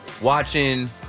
watching